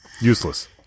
Useless